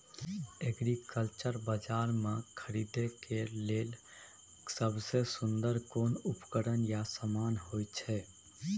Agriculture बाजार में खरीद करे के लेल सबसे सुन्दर कोन उपकरण या समान होय छै?